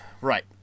Right